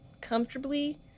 comfortably